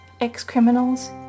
ex-criminals